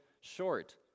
short